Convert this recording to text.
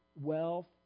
wealth